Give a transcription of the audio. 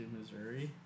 Missouri